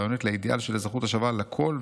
והרעיונית לאידיאל של אזרחות השווה לכול,